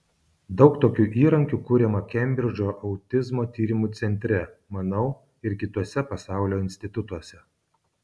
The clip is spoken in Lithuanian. daug tokių įrankių kuriama kembridžo autizmo tyrimų centre manau ir kituose pasaulio institutuose